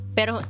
Pero